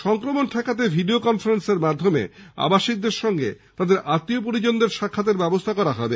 সংক্রমণ আটকাতে ভিডিও কনফারেন্সের মাধ্যমে আবাসিকদের সঙ্গে তাদের আত্মীয় পরিজনদের সাক্ষাতের ব্যবস্থা করা হবে